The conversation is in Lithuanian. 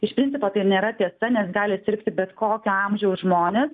iš principo tai nėra tiesa nes gali sirgti bet kokio amžiaus žmonės